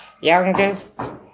youngest